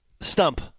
Stump